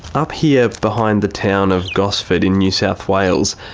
up here behind the town of gosford in new south wales,